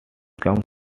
came